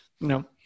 No